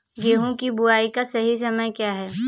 गेहूँ की बुआई का सही समय क्या है?